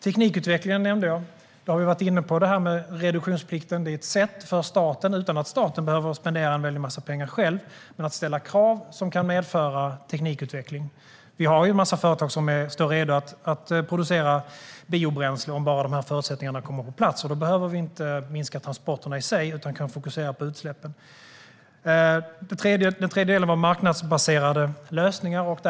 Teknikutvecklingen nämnde jag. Vi har varit inne på detta med reduktionsplikten. Det är ett sätt för staten att, utan att behöva spendera en massa pengar själv, ställa krav som kan medföra teknikutveckling. Vi har ju en massa företag som står redo att producera biobränsle om bara förutsättningarna kommer på plats. Då behöver vi inte minska transporterna i sig utan kan fokusera på utsläppen. Den tredje delen var marknadsbaserade lösningar.